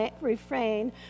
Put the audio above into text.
refrain